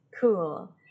Cool